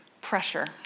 pressure